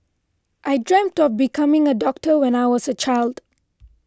I dreamt of becoming a doctor when I was a child